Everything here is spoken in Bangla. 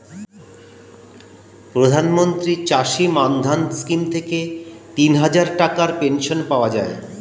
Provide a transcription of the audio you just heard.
প্রধানমন্ত্রী চাষী মান্ধান স্কিম থেকে তিনহাজার টাকার পেনশন পাওয়া যায়